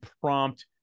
prompt